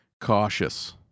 cautious